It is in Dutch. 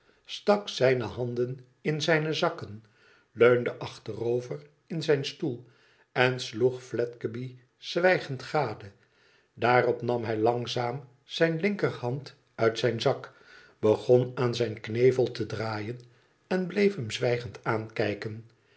stak zijne handen in zijne zakken leunde achterover in zijn stoel en sloeg fledgeby zwijgend gade daarop nam hij langzaam zijne linkerhand uit zijn zak begon aan zijn knevel te draaien en bleef hem zwijgend aankijken